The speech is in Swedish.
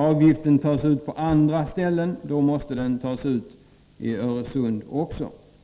Avgiften tas ut på andra ställen — då måste den tas ut också i Öresund.